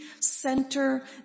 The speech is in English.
center